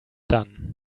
done